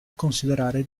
considerare